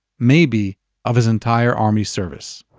maybe of his entire army service